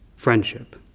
friendship,